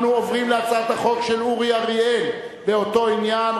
אנחנו עוברים להצעת החוק של אורי אריאל באותו עניין.